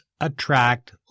attract